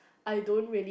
I don't really